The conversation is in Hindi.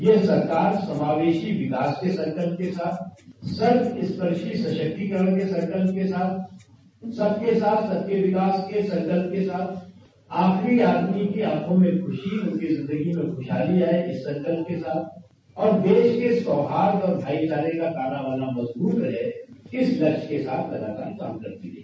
यह सरकार समावेशी विकास के संकल्प के साथ सर्वस्पर्शी सशक्तिकरण के संकल्प के साथ सबके साथ सबके विकास के संकल्प के साथ आखिरी आदमी की आंखों में खुशी उनकी जिंदगी में खुशहाली आयेगी इस संकल्प के साथ और देश सौभाग्य और भाईचारे का तानाबाना मज़बूत रहे इस दर्ज़ के साथ लगातार काम करती रही